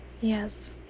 Yes